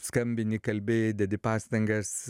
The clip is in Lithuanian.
skambini kalbi dedi pastangas